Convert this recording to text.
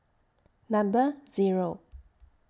Number Zero